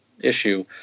issue